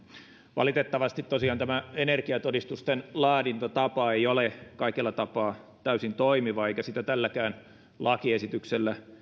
valitettavasti tosiaan tämä energiatodistusten laadintatapa ei ole kaikella tapaa täysin toimiva eikä sitä tälläkään lakiesityksellä